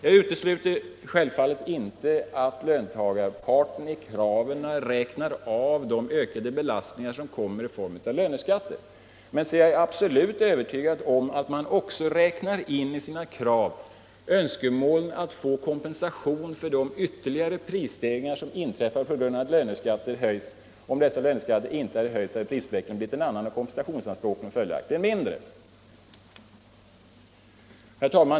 Jag utesluter självfallet inte att löntagarparten i sina krav räknar av de ökade belastningar som kommer i form av löneskatter, men jag är absolut övertygad om att man också räknar in i sina krav önskemål att få kompensation för de ytterligare prisstegringar som inträffar på grund av att löneskatterna höjs. Om löneskatterna inte höjts, hade prisutvecklingen blivit en annan och kompensationsanspråken följaktligen mindre.